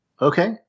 Okay